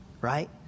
right